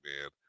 man